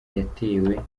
yatewe